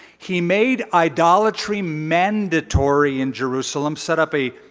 he made idolatry mandatory in jerusalem. set up a